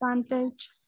advantage